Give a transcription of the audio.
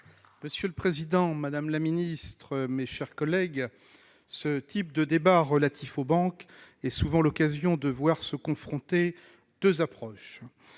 Monsieur le président, madame la secrétaire d'État, mes chers collègues, ce type de débat relatif aux banques est souvent l'occasion de voir se confronter deux approches.